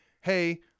hey